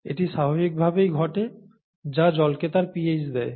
এটি স্বাভাবিকভাবে ঘটে যা জলকে তার pH দেয়